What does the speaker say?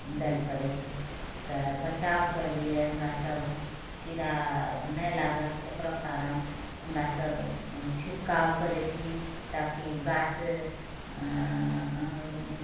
दैल पड़ै छै तऽ बचावके लिए हमरासब कीड़ा नहि लागै एकरा कारण हमरासब छिड़काव करै छी ताकि गाछ